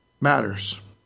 matters